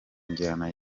njyana